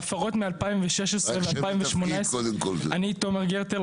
אני תומר גרטל,